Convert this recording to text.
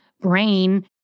brain